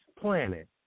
planet